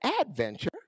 adventure